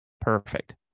perfect